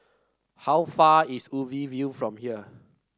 how far is Ubi View from here